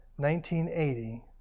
1980